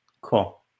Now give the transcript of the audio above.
cool